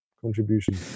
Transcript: contribution